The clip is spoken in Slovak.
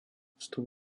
vstup